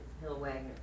Hill-Wagner